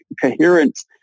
coherence